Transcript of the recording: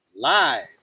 live